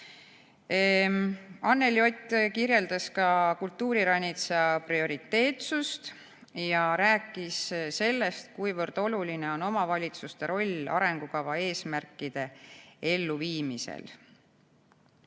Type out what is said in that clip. Anneli Ott kirjeldas ka kultuuriranitsa prioriteetsust ja rääkis sellest, kuivõrd oluline on omavalitsuste roll arengukava eesmärkide elluviimisel. Edasi